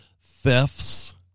thefts